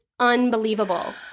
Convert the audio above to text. unbelievable